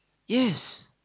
yes